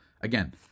Again